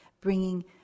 bringing